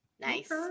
Nice